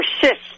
persist